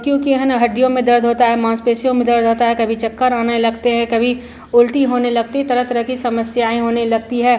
क्योंकि है ना हड्डियों में दर्द होता है मांसपेशियों में दर्द होता है कभी चक्कर आने लगती है कभी उल्टी होने लगती है तरह तरह की समस्याएँ होने लगती हैं